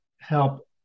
help